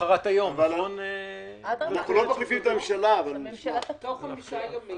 תוך חמישה ימים